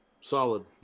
Solid